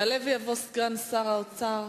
יעלה ויבוא סגן שר האוצר